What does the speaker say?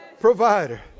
provider